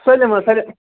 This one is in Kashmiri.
سٲلِم حظ سٲلِم